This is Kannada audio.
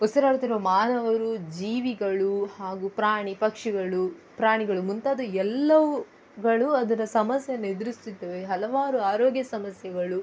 ಉಸಿರಾಡುತ್ತಿರುವ ಮಾನವರು ಜೀವಿಗಳು ಹಾಗೂ ಪ್ರಾಣಿ ಪಕ್ಷಿಗಳು ಪ್ರಾಣಿಗಳು ಮುಂತಾದ ಎಲ್ಲವೂ ಗಳು ಅದರ ಸಮಸ್ಯೆಯನ್ನು ಎದುರಿಸ್ತಿದ್ದೇವೆ ಹಲವಾರು ಆರೋಗ್ಯ ಸಮಸ್ಯೆಗಳು